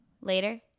Later